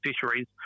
fisheries